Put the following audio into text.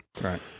Right